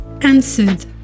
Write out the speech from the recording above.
answered